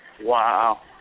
Wow